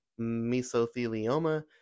mesothelioma